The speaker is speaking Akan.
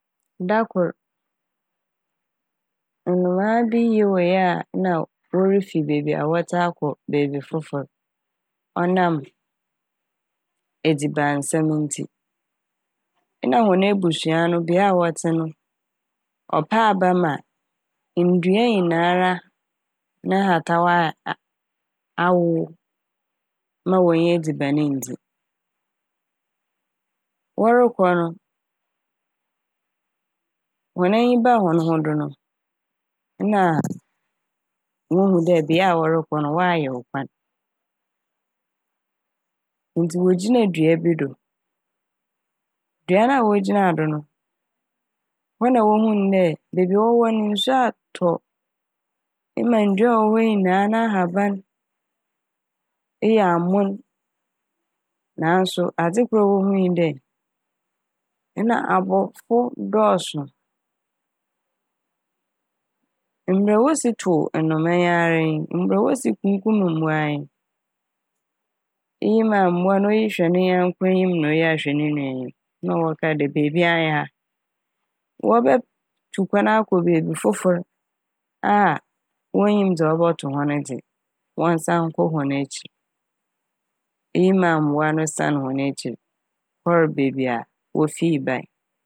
Da kor nomaa bi nyewee a na worifi beebi a wɔtse akɔ beebi fofor ɔnam edzibansɛm ntsi. Nna hɔn ebusua no bea wɔtse no ɔpɛ aba ma nndua nyinara n'ahataw aa- awowow ma wonnya edziban nndzi. Wɔrokɔ no hɔn enyi baa hɔn do no nna wohu dɛ bea a wɔrokɔ no wɔayew kwan ntsi wogyinaa dua bi do. Dua no a wogyinaa do no hɔ na wohun dɛ beebi a wɔwɔ no nsu atɔ ma ndua a ɔwɔ hɔ nyinaa n'ahaban eyɛ amon naaso adze kor a wohuu nye dɛ nna abɔ- fo dɔɔso mbrɛ wosi tow nnoma yi ara nyi mbrɛ wosi kunkum mbowa ara nyi. Iyi maa mbowa n' iyi hwɛ ne nyɛnko enyim na oyi ahwɛ ne nua enyim na wɔkaa dɛ beebia nye ha. Wɔbɛ - tu kwan akɔ beebi fofor a wonnyim dza ɔbɔto hɔn dze wɔnsan nkɔ hɔn ekyir. Iyi maa mbowa no saan hɔn ekyir kɔr beebi a wofii bae.